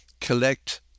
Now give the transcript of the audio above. collect